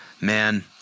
man